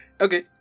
Okay